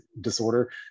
disorder